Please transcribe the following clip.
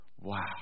Wow